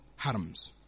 harams